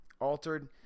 altered